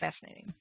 fascinating